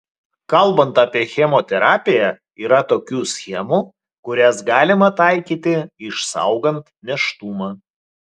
kalbant apie chemoterapiją yra tokių schemų kurias galima taikyti išsaugant nėštumą